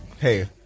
hey